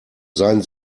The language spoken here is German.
seien